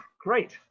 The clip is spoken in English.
Great